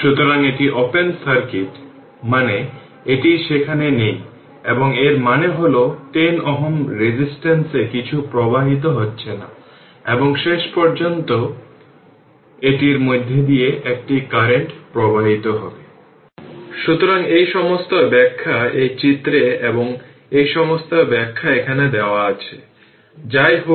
সুতরাং এটি open circuit মানে এটি সেখানে নেই এবং এর মানে হল 10 Ω রেজিস্টেন্স এ কিছুই প্রবাহিত হচ্ছে না এবং শেষ পর্যন্ত এটির মধ্য দিয়ে একটি কারেন্ট প্রবাহিত হবে